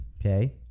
Okay